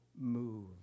move